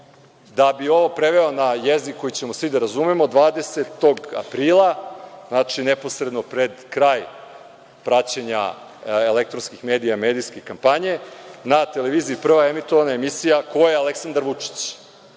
bi ovo preveo na jezik koji ćemo svi da razumemo - 20. aprila, znači neposredno pred kraj praćenja elektronskih medija medijske kampanje na televiziji „Prva“ emitovana je emisija – Ko je Aleksandar Vučić,